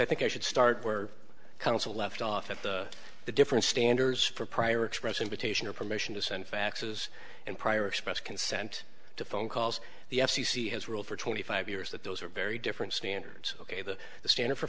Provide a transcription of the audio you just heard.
i think i should start where counsel left off at the the different standards for prior express invitation or permission to send faxes and prior express consent to phone calls the f c c has ruled for twenty five years that those are very different standards ok that the standard for